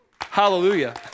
Hallelujah